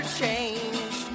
change